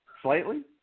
Slightly